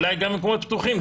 אולי גם במקומות פתוחים,